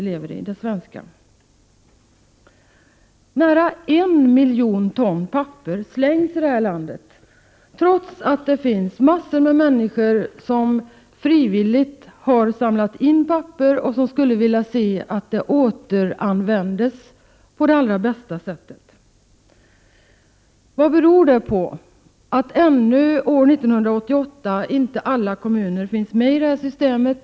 Nära 1 miljon ton papper slängs här i landet, trots att det finns mängder av människor som frivilligt har samlat in papper och som skulle vilja se att det återanvändes på allra bästa sätt. Vad beror det på att ännu år 1988 inte alla kommuner finns med i systemet?